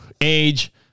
age